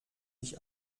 ich